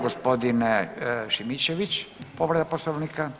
Gospodin Šimičević povreda Poslovnika.